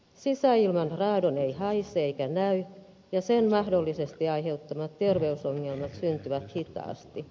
sisäilman radon ei haise eikä näy ja sen mahdollisesti aiheuttamat terveysongelmat syntyvät hitaasti